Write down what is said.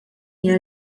hija